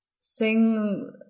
sing